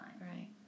Right